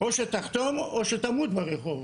או שתחתום, או שתמות ברחוב,